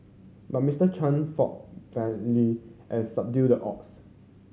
but Mister Chan fought and subdued the odds